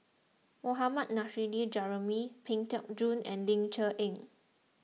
Mohammad Nurrasyid Juraimi Pang Teck Joon and Ling Cher Eng